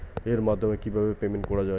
এর মাধ্যমে কিভাবে পেমেন্ট করা য়ায়?